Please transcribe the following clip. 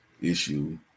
issue